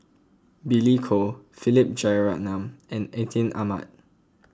Billy Koh Philip Jeyaretnam and Atin Amat